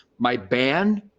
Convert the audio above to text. my band,